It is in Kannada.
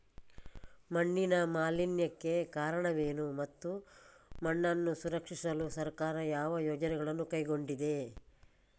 ಮಣ್ಣಿನ ಮಾಲಿನ್ಯಕ್ಕೆ ಕಾರಣವೇನು ಮತ್ತು ಮಣ್ಣನ್ನು ಸಂರಕ್ಷಿಸಲು ಸರ್ಕಾರ ಯಾವ ಯೋಜನೆಗಳನ್ನು ಕೈಗೊಂಡಿದೆ?